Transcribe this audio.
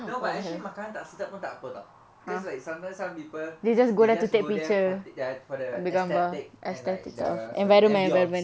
no but actually makanan tak sedap pun tak apa [tau] cause like sometimes some people they just go there ya enjoy the aesthetic and like the ambience